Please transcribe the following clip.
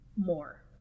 more